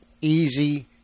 easy